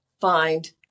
find